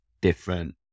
different